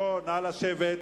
נא לשבת,